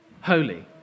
holy